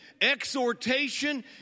exhortation